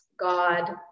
God